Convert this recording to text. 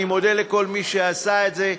אני מודה לכל מי שעשה את זה.